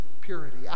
purity